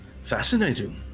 fascinating